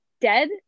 dead